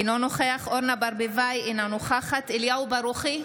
אינו נוכח אורנה ברביבאי, אינה נוכחת אליהו ברוכי,